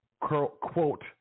quote